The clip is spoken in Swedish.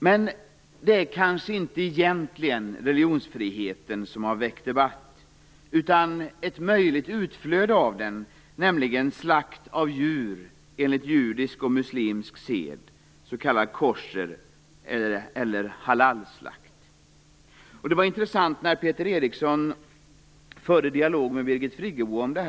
Men det är kanske inte religionsfriheten som har väckt debatt, utan det är ett möjligt utflöde av den, nämligen slakt av djur enligt judisk och muslim sed, s.k. koscherslakt eller halalslakt. Det var intressant när Peter Eriksson förde dialog med Birgit Friggebo om detta.